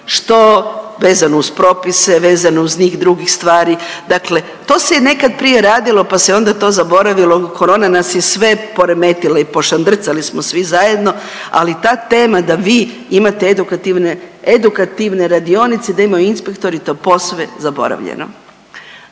što, vezano uz propise, vezano uz njih drugih stvari, dakle to se nekad prije radilo pa se onda to zaboravilo, korona nas je sve poremetila i pošandrcali smo svi zajedno, ali ta tema da vi imate edukativne radionice, da imaju inspektori, to je posve zaboravljeno.